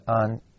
on